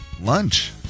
lunch